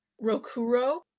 Rokuro